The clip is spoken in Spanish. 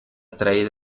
traída